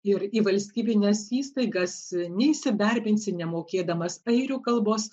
ir į valstybines įstaigas neįsidarbinsi nemokėdamas airių kalbos